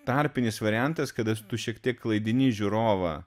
tarpinis variantas kada tu šiek tiek klaidini žiūrovą